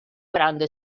grande